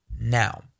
now